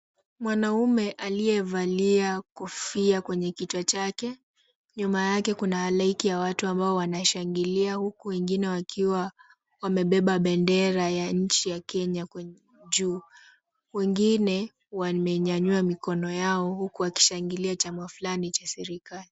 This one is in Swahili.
Mwanaume aliyevalia kofia kwenye kichwa chake. Nyuma yake kuna halaiki ya watu ambao wanashangilia huku wengine wakiwa wamebeba bendera ya nchi ya Kenya juu. Wengine wamenyanyua mikono yao huku wakishangilia chama fulani cha serikali.